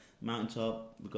mountaintop